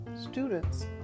students